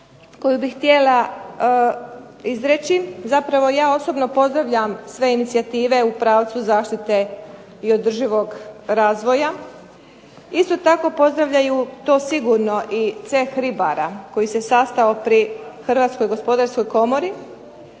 koju bih htjela izreći, zapravo ja osobno pozdravljam sve inicijative u pravcu zaštite i održivog razvoja. Isto tako pozdravljaju to sigurno i ceh ribara koji se sastao pri HGK. Naime,